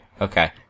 Okay